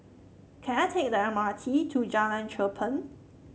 can I take the M R T to Jalan Cherpen